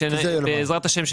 בעזרת השם,